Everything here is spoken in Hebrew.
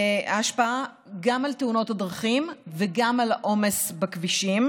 ההשפעה גם על תאונות הדרכים וגם על העומס בכבישים.